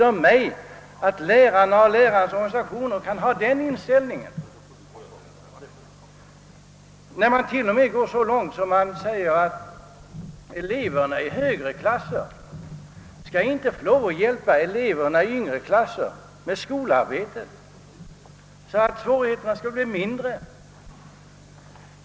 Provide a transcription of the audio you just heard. Att lärarna och deras organisationer har den inställningen är just den mara som rider mig. De går ju till och med så långt att de förklarar att eleverna i högre klasser inte får hjälpa eleverna i lägre klasser med deras skolarbete, så att svårigheterna därigenom blir mindre.